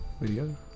video